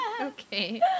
Okay